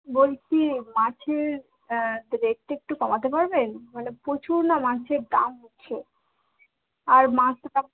বলছি মাছের রেটটা একটু কমাতে পারবেন মানে প্রচুর না মাছের দাম হচ্ছে আর মাছটা